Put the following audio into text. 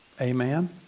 Amen